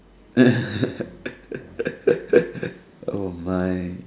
oh my